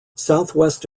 southwest